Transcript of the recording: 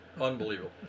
unbelievable